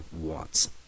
wants